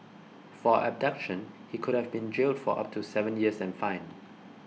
for abduction he could have been jailed for up to seven years and fined